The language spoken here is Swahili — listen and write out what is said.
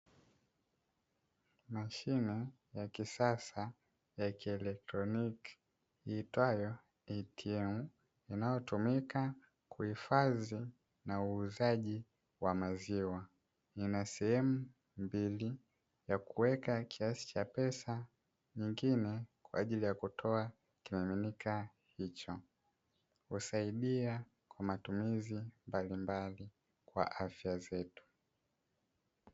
Mashine ya kisasa ya kielektroniki iitwayo "ATM", inayotumika kuhifadhi na uuzaji wa maziwa. Ina sehemu mbili: ya kuweka kiasi cha pesa, nyingine kwa ajili ya kutoa kimiminika hicho. Husaidia kwa matumizi mbalimbali kwa afya zetu.